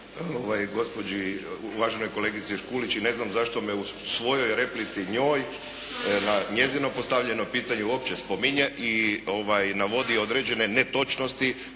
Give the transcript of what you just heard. gospođi, uvaženoj kolegici Škulić i ne znam zašto me u svojoj replici njoj, na njezino postavljeno pitanje uopće spominje i navodi određene ne točnosti